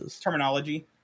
Terminology